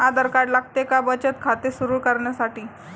आधार card लागते का बचत खाते सुरू करण्यासाठी?